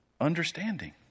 understanding